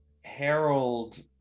Harold